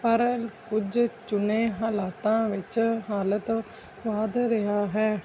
ਪਰ ਕੁਝ ਚੁਣੇ ਹਾਲਾਤਾਂ ਵਿੱਚ ਹਾਲਤ ਵੱਧ ਰਿਹਾ ਹੈ